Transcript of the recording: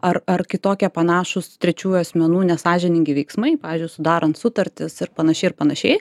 ar ar kitokia panašūs trečiųjų asmenų nesąžiningi veiksmai pavyzdžiui sudarant sutartis ir panašiai ir panašiai